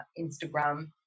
Instagram